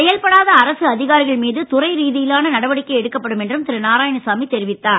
செயல்படாத அரசு அதிகாரிகள் மீது துறை ரீதியிலான நடவடிக்கை எடுக்கப்படும் என்றும் திரு நாராயணசாமி தெரிவித்தார்